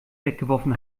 weggeworfen